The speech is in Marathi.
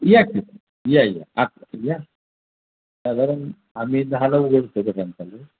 या की या या आत या साधारण आम्ही दहाला उघडतो ग्रंथालय